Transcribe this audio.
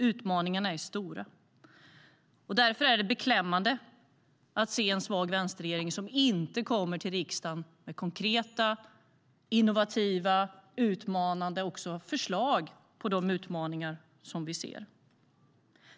Utmaningarna är stora. Därför är det beklämmande att se en svag vänsterregering som inte kommer till riksdagen med konkreta, innovativa, utmanande förslag i fråga om de utmaningar som vi ser.